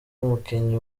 umukinnyi